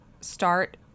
start